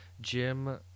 Jim